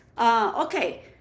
okay